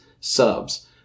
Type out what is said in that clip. subs